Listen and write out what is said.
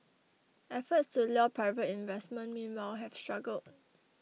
efforts to lure private investment meanwhile have struggled